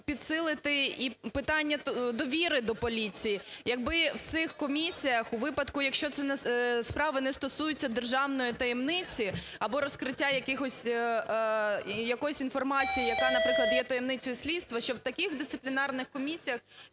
підсилити і питання довіри до поліції, якби в цих комісіях у випадку, якщо справи не стосуються державної таємниці або розкриття якихось… якоїсь інформації, яка, наприклад, є таємницею слідства, щоб в таких дисциплінарних комісіях